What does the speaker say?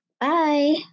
Bye